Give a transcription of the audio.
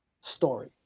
story